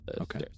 Okay